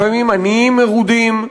לפעמים עניים מרודים.